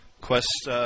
Quest